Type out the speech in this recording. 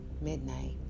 Midnight